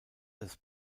des